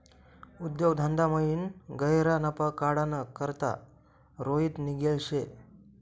उद्योग धंदामयीन गह्यरा नफा काढाना करता रोहित निंघेल शे